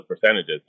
percentages